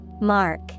Mark